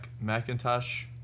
Macintosh